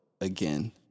again